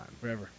Forever